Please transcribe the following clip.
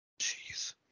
Jeez